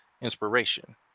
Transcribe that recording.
inspiration